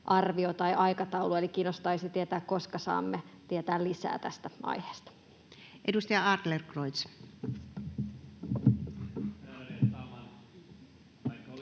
tai -aikataulu? Eli kiinnostaisi tietää, koska saamme tietää lisää tästä aiheesta. Edustaja Adlercreutz.